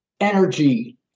energy